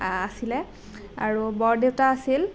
আছিলে আৰু বৰদেউতা আছিল